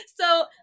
So-